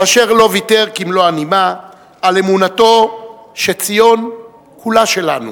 ואשר לא ויתר כמלוא הנימה על אמונתו ש"ציון כולה שלנו"